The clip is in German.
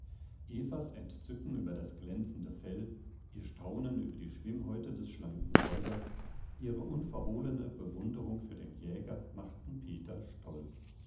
evas entzücken über das glänzende fell ihr staunen über die schwimmhäute des schlanken räubers ihre unverhohlene bewunderung für den jäger machten peter stolz